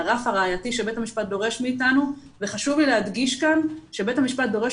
לרף הראייתי שבית המשפט דורש מאתנו וחשוב לי להדגיש כאן שבית המשפט דורש